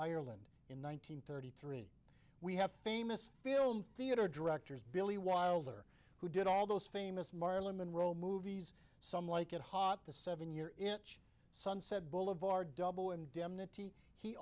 ireland in one nine hundred thirty three we have famous film theatre directors billy wilder who did all those famous marlon monroe movies some like it hot the seven year itch sunset boulevard double ind